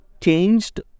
changed